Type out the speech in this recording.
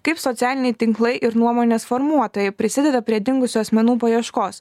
kaip socialiniai tinklai ir nuomonės formuotojai prisideda prie dingusių asmenų paieškos